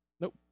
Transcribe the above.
Nope